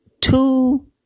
two